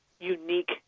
unique